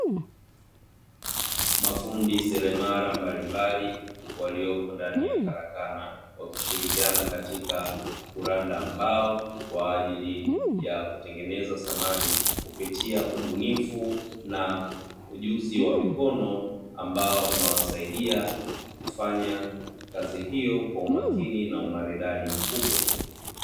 Mafundi selemala mbalimbali walioko ndani ya karakana, wakishirikiana katika kuranda mbao kwa ajili ya kutengeneza thamani kupitia ubunifu na ujuzi wa mikono, ambao unawasaidia kufanya kazi hiyo kwa umakini na umaridadi mkubwa.